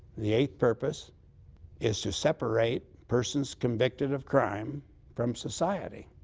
the eighth purpose is to separate persons convicted of crime from society.